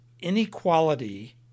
inequality